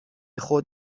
خود